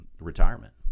retirement